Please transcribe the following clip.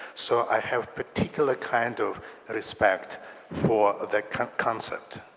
so i have particular kind of respect for that kind of concept.